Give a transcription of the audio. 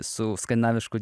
su skandinavišku